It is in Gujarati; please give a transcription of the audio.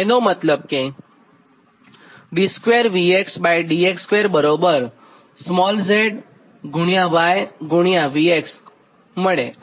એનો મતલબ કે d2Vdx2zyV